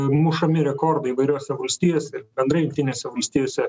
mušami rekordai įvairiose valstijose ir bendrai jungtinėse valstijose